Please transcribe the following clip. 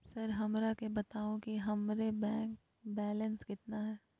Sir हमरा के बताओ कि हमारे बैंक बैलेंस कितना है?